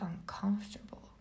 uncomfortable